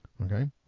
Okay